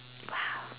!wow!